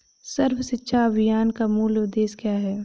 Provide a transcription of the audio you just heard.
सर्व शिक्षा अभियान का मूल उद्देश्य क्या है?